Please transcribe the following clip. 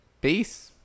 peace